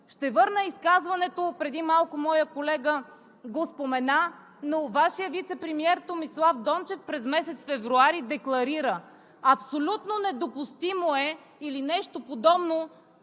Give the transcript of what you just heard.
Ще върна изказването отпреди малко, моят колега го спомена, но Вашият вицепремиер Томислав Дончев през месец февруари декларира – абсолютно недопустимо е, или нещо подобно,